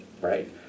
right